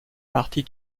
partie